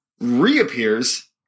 reappears